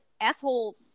asshole